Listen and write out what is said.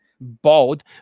bald